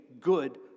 good